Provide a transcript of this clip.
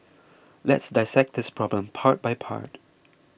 let's dissect this problem part by part